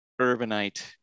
urbanite